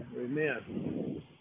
Amen